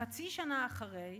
חצי שנה אחרי,